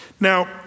Now